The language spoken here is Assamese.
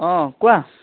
অঁ কোৱা